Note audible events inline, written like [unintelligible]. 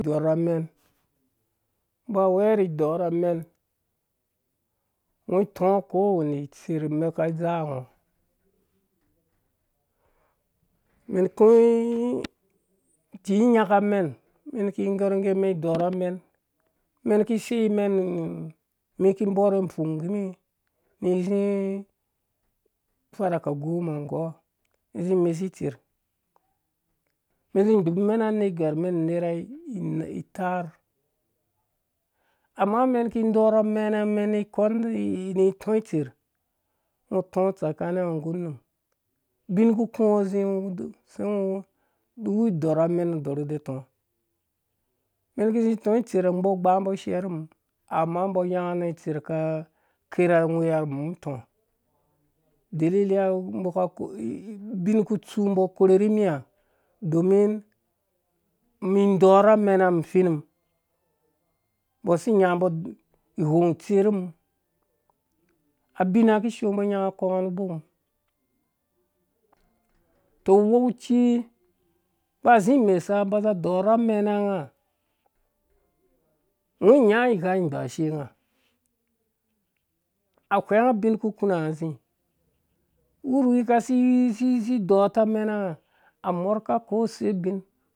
Amen ba wuwo nu idɔrh amen ngɔ itɔɔ kowan itseer mbɔ aka dzaa ungo. [unintelligible] tni inyaka mɛn mɛn ki gɔrh gɛ mr-n dɔrh amɛn mɛn ki mɛn mɛn ki mɛn ni ki bɔrhe pfung gimi ni zi fada kagoma ngɔ zi mesi itseɛr zi gbubu mɛn nggu anergwar mɛn nerha itaar amma mɛn ki dɔrh amena mɛn [hesitation] ni tiisɛr mɛn itɔ tsakana mɛn nggu unum abin ku ku ngɔ zi sei ngo zi dɔrh amɛn dɔrh zi utɔ mɛn kizi itɔ mɛn kizi itɔ itsɛrha mbɔri gbaambɔ shia nu mum amma mbɔ nyanga amang tsɛrh ka kɛrha neka mum itɔ udilili mbɔ ka [hesitation] ubin ku tsu mbɔ korhe rri miha domin mi dɔrh amena mum fin mbɔ asi nyabɔ iwɔng itse rhu mum abina kishoo mbɔ nyanga kwɛrha nu bɔk mum tɔ uwɔkuci ba zi imesa ba za dɔrh amenga nga inyaa ighagbashe nga a whengo ubin ku kuna nga zi wuri wii kasi [hesitation] dorh amena nga a morhka kose ubin